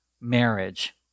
marriage